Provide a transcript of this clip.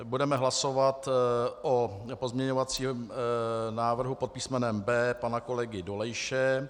Budeme hlasovat o pozměňovacím návrhu pod písmenem B pana kolegy Dolejše.